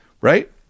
right